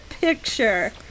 picture